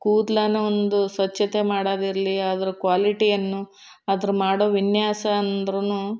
ಕೂದ್ಲಿನ ಒಂದು ಸ್ವಚ್ಛತೆ ಮಾಡೋದಿರಲಿ ಅದ್ರ ಕ್ವಾಲಿಟಿಯನ್ನು ಅದ್ರ ಮಾಡೋ ವಿನ್ಯಾಸ ಅಂದ್ರೂನು